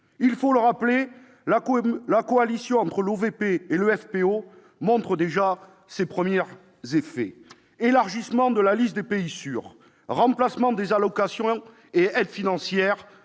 Il faut le rappeler, la coalition entre l'ÖVP et le FPÖ montre déjà ses premiers effets : élargissement de la liste des pays « sûrs », remplacement des allocations et aides financières